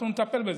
אנחנו נטפל בזה.